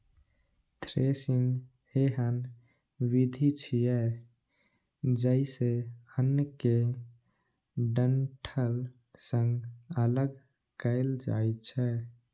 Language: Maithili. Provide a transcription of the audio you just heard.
थ्रेसिंग एहन विधि छियै, जइसे अन्न कें डंठल सं अगल कैल जाए छै